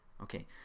Okay